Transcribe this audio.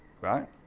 Right